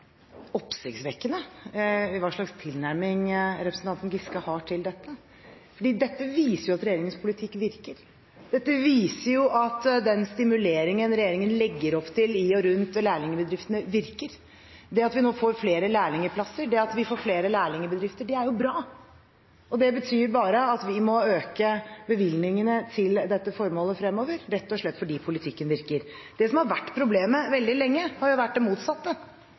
oppsiktsvekkende hva slags tilnærming representanten Giske har til dette, fordi dette viser at regjeringens politikk virker. Dette viser at den stimuleringen regjeringen legger opp til i og rundt lærlingbedriftene, virker. Det at vi nå får flere lærlingplasser, og det at vi får flere lærlingbedrifter, er bra. Det betyr bare at vi må øke bevilgningene til dette formålet fremover – rett og slett fordi politikken virker. Det som har vært problemet veldig lenge, har vært det motsatte,